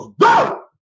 Go